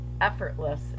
effortless